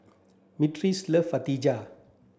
Myrtice love Fritada